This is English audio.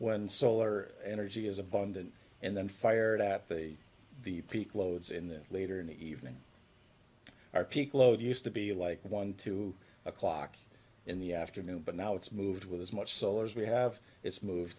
when solar energy is abundant and then fired at the the peak loads in the later in the evening our peak load used to be like one two o'clock in the afternoon but now it's moved with as much so as we have it's move